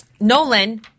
Nolan